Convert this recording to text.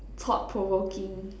thought provoking